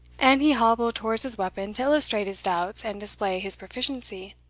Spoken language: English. and he hobbled towards his weapon to illustrate his doubts and display his proficiency.